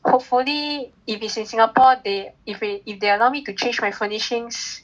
hopefully if it is in Singapore they if they if they allow me to change my furnishings